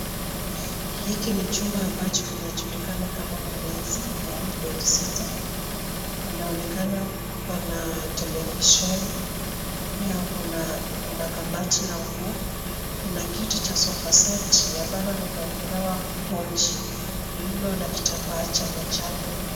Hiki ni chumba ambacho kinajulikana kama mlezi yaani cs[bed-sitter]cs. Panaonekana pana televisheni, pia kuna kabati la nguo. Kuna kiti cha sofaseti ambalo limeekelewa kochi lililo na kitambaa cha manjano.